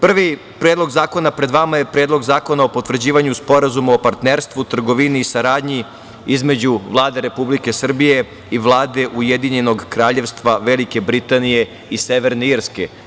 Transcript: Prvi predlog zakona pred vama je Predlog zakona o potvrđivanju Sporazuma o partnerstvu, trgovini i saradnji između Vlade Republike Srbije i Vlade Ujedinjenog Kraljevstva Velike Britanije i Severne Irske.